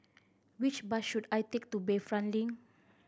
which bus should I take to Bayfront Link